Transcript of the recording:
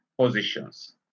positions